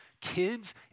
kids